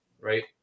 right